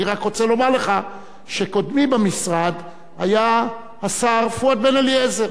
אני רק רוצה לומר לך שקודמי במשרד היה השר פואד בן-אליעזר,